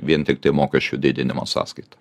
vien tiktai mokesčių didinimo sąskaita